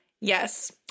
Yes